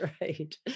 right